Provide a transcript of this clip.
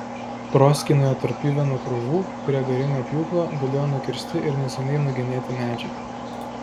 proskynoje tarp pjuvenų krūvų prie garinio pjūklo gulėjo nukirsti ir neseniai nugenėti medžiai